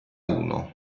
uno